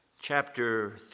chapter